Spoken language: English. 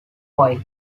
point